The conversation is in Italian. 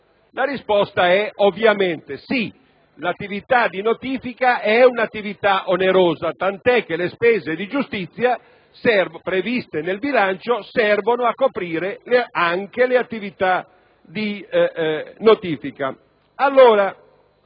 La risposta ovviamente è sì. L'attività di notifica è onerosa, tant'è che le spese di giustizia previste nel bilancio servono a coprire anche queste attività. Il bilancio